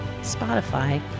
Spotify